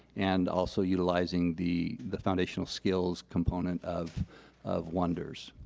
and also utilizing the the foundational skills component of of wonders.